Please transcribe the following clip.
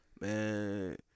Man